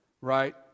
right